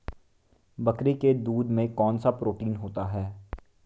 बकरी के दूध में कौनसा प्रोटीन होता है?